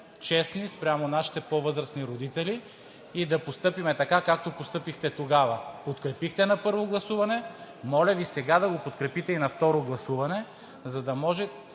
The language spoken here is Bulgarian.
честни спрямо нашите по-възрастни родители и да постъпим така, както постъпихте тогава – подкрепихте на първо гласуване. Моля Ви сега да го подкрепите и на второ гласуване, за да може